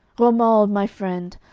romuald, my friend,